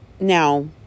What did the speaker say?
Now